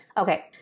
Okay